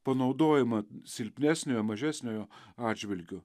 panaudojimą silpnesniojo mažesniojo atžvilgiu